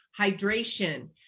Hydration